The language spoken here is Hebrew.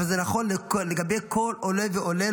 אבל זה נכון לגבי כל עולה ועולה,